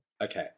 Okay